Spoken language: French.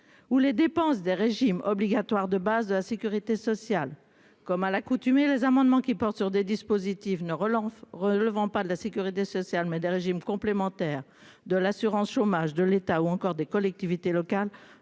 ou les dépenses des régimes obligatoires de base de la Sécurité sociale comme à l'accoutumée, les amendements qui portent sur des dispositifs ne relance relevant pas de la sécurité sociale mais des régimes complémentaires de l'assurance chômage de l'État ou encore des collectivités locales